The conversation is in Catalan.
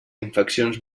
infeccions